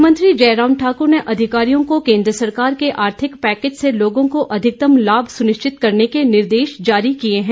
मुख्यमंत्री जयराम ठाकुर ने अधिकारियों को केन्द्र सरकार के आर्थिक पैकेज से लोगों को अधिकतम लाभ सुनिश्चित करने के निर्देश जारी किए हैं